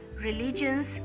religions